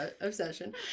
obsession